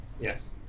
Yes